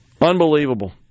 Unbelievable